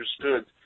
understood